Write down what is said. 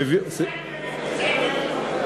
איזה עניינים?